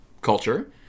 culture